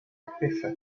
espesa